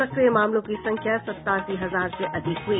सक्रिय मामलों की संख्या सतासी हजार से अधिक हई